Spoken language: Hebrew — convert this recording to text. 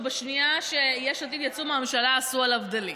ובשנייה שיש עתיד יצאו מהממשלה עשו עליו delete.